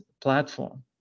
platform